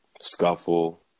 scuffle